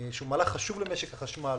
שהוא מהלך חשוב למשק החשמל,